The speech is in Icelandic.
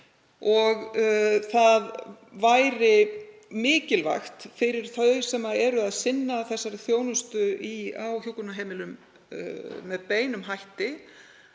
Það væri mikilvægt fyrir þau sem sinna þessari þjónustu á hjúkrunarheimilum með beinum hætti